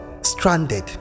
stranded